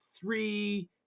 three